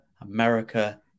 America